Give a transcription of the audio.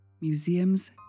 Museums